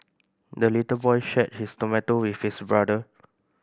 the little boy shared his tomato with his brother